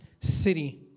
city